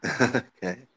Okay